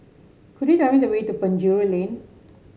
could you tell me the way to Penjuru Lane